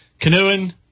Canoeing